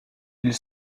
ils